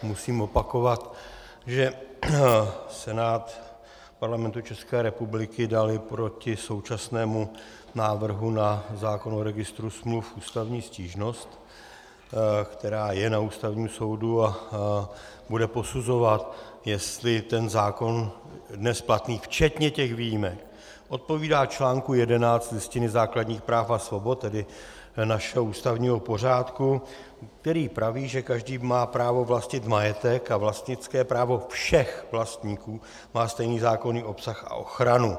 Musím ale opakovat, že Senát Parlamentu České republiky dal i proti současnému návrhu na zákon o registru smluv ústavní stížnost, která je na Ústavním soudu, a bude posuzovat, jestli ten zákon dnes platný včetně těch výjimek odpovídá článku 11 Listiny základních práv a svobod, tedy našeho ústavního pořádku, který praví, že každý má právo vlastnit majetek a vlastnické právo všech vlastníků má stejný zákonný obsah a ochranu.